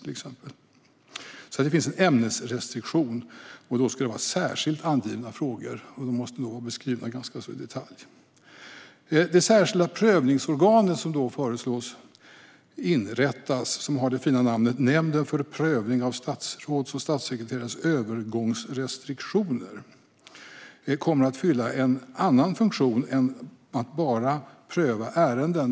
Det finns alltså en ämnesrestriktion. Det ska då vara särskilt angivna frågor, och de måste vara ganska detaljerat beskrivna. Det särskilda prövningsorgan som föreslås inrättas med det fina namnet Nämnden för prövning av statsråds och statssekreterares övergångsrestriktioner kommer att fylla en annan funktion än att bara pröva ärenden.